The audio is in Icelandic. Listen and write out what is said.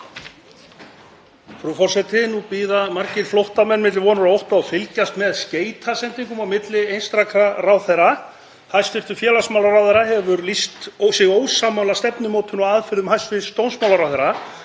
Frú forseti. Nú bíða margir flóttamenn milli vonar og ótta og fylgjast með skeytasendingum á milli einstakra ráðherra. Hæstv. félagsmálaráðherra hefur lýst sig ósammála stefnumótun og aðferðum hæstv. dómsmálaráðherra,